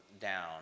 down